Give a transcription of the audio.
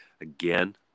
Again